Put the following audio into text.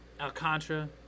Alcantara